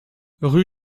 rue